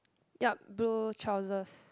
yup blue trousers